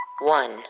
One